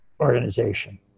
organization